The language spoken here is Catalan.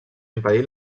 impedit